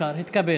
התקבלו.